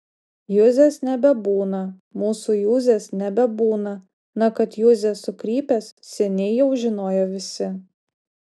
juzės nebebūna mūsų juzės nebebūna na kad juzė sukrypęs seniai jau žinojo visi